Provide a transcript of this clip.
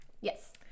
Yes